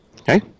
Okay